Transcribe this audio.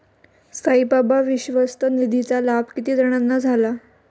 साईबाबा विश्वस्त निधीचा लाभ किती जणांना झाला?